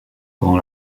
grand